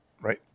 right